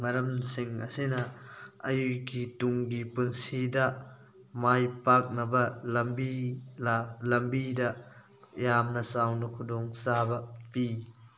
ꯃꯔꯝꯁꯤꯡ ꯑꯁꯤꯅ ꯑꯩꯒꯤ ꯇꯨꯡꯒꯤ ꯄꯨꯟꯁꯤꯗ ꯃꯥꯏ ꯄꯥꯛꯅꯕ ꯂꯝꯕꯤ ꯂꯝꯕꯤꯗ ꯌꯥꯝꯅ ꯆꯥꯎꯅ ꯈꯨꯗꯣꯡ ꯆꯥꯕ ꯄꯤ